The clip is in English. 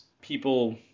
people